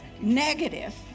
negative